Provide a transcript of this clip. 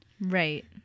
Right